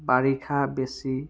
বাৰিষা বেছি